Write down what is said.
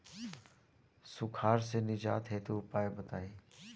सुखार से निजात हेतु उपाय बताई?